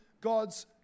God's